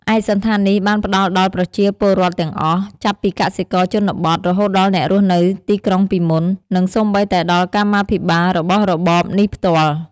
ឯកសណ្ឋាននេះបានផ្តល់ដល់ប្រជាពលរដ្ឋទាំងអស់ ចាប់ពីកសិករជនបទ រហូតដល់អ្នករស់នៅទីក្រុងពីមុន និងសូម្បីតែដល់កម្មាភិបាលរបស់របបនេះផ្ទាល់។